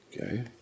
Okay